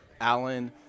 Allen